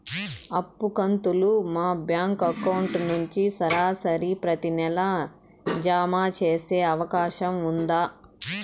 అప్పు కంతులు మా బ్యాంకు అకౌంట్ నుంచి సరాసరి ప్రతి నెల జామ సేసే అవకాశం ఉందా?